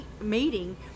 meeting